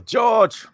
George